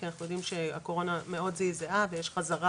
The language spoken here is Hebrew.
כי אנחנו יודעים שהקורונה מאוד זעזעה ויש חזרה